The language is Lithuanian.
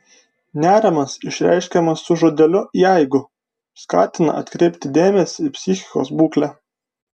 nerimas išreiškiamas su žodeliu jeigu skatina atkreipti dėmesį į psichikos būklę